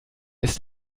ist